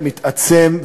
מתעצם,